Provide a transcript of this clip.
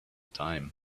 time